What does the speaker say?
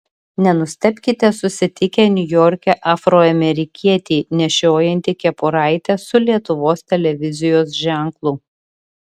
nenustebkite susitikę niujorke afroamerikietį nešiojantį kepuraitę su lietuvos televizijos ženklu